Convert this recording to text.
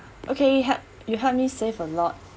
okay help you helped me save a lot